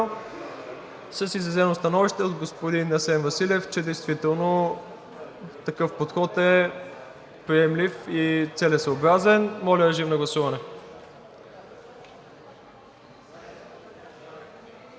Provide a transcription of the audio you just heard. с изразено становище от господин Асен Василев, че действително такъв подход е приемлив и целесъобразен. Моля, режим на гласуване.